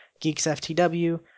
geeksftw